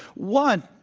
one,